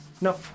No